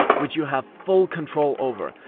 which you have full control over.